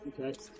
okay